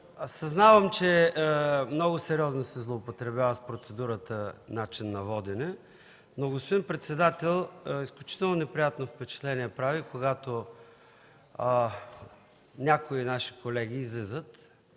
Съзнавам, че много сериозно се злоупотребява с процедурата по начина на водене. Обаче, господин председател, изключително неприятно впечатление прави, когато някои наши колеги излизат